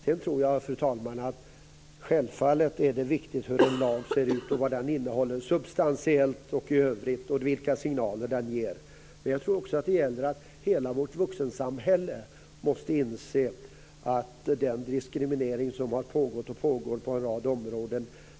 Det är, fru talman, självfallet viktigt hur en lag ser ut, vad den innehåller substantiellt och vilka signaler den ger. Vi har också alla i vår dagliga vandel och gärning i vuxensamhället ett ansvar när det gäller den diskriminering som har pågått och pågår på en rad områden.